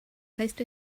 placed